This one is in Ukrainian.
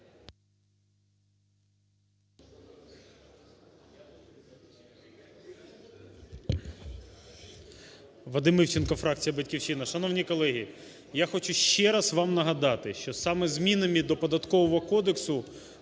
Вадим Івченко, фракція "Батьківщина". Шановні колеги, я хочу ще раз вам нагадати, що саме змінами до Податкового кодексу